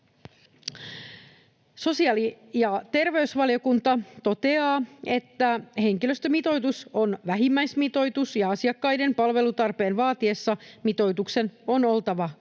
Sosiaali- ja terveysvaliokunta toteaa, että henkilöstömitoitus on vähimmäismitoitus ja asiakkaiden palvelutarpeen vaatiessa mitoituksen on oltava korkeampi.